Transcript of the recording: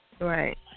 Right